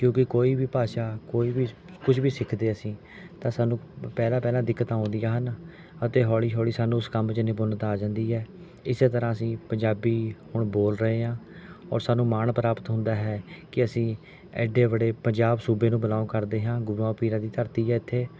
ਕਿਉਂਕਿ ਕੋਈ ਵੀ ਭਾਸ਼ਾ ਕੋਈ ਵੀ ਕੁਝ ਵੀ ਸਿੱਖਦੇ ਅਸੀਂ ਤਾਂ ਸਾਨੂੰ ਪਹਿਲਾਂ ਪਹਿਲਾਂ ਦਿੱਕਤਾਂ ਆਉਂਦੀਆਂ ਹਨ ਅਤੇ ਹੌਲੀ ਹੌਲੀ ਸਾਨੂੰ ਉਸ ਕੰਮ 'ਚ ਨਿਪੁੰਨਤਾ ਆ ਜਾਂਦੀ ਹੈ ਇਸੇ ਤਰ੍ਹਾਂ ਅਸੀਂ ਪੰਜਾਬੀ ਹੁਣ ਬੋਲ ਰਹੇ ਹਾਂ ਔਰ ਸਾਨੂੰ ਮਾਣ ਪ੍ਰਾਪਤ ਹੁੰਦਾ ਹੈ ਕਿ ਅਸੀਂ ਐਡੇ ਵੱਡੇ ਪੰਜਾਬ ਸੂਬੇ ਨੂੰ ਬਿਲੌਂਗ ਕਰਦੇ ਹਾਂ ਗੁੁਰੂਆਂ ਪੀਰਾਂ ਦੀ ਧਰਤੀ ਹੈ ਇੱਥੇ